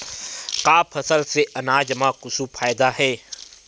का फसल से आनाज मा कुछु फ़ायदा हे?